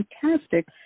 fantastic